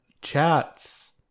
chats